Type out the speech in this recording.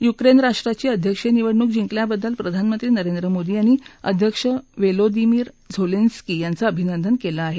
Ukraine राष्ट्राची अध्यक्षीय निवडणूक जिंकल्याबद्दल प्रधानमंत्री नरेंद्र मोदी यांनी अध्यक्ष वेलोदीमीर झोलेन्सकी यांचे अभिनंदन केलं आहे